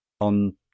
on